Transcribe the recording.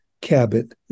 Cabot